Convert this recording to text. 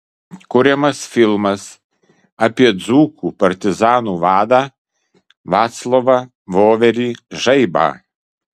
kuriamas filmas apie dzūkų partizanų vadą vaclovą voverį žaibą